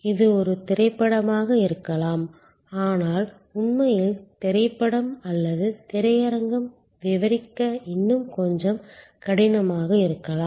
இது ஒரு திரைப்படமாக இருக்கலாம் ஆனால் உண்மையில் திரைப்படம் அல்லது திரையரங்கம் விவரிக்க இன்னும் கொஞ்சம் கடினமாக இருக்கலாம்